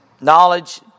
Knowledge